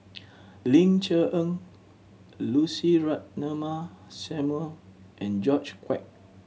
Ling Cher Eng Lucy Ratnammah Samuel and George Quek